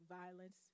violence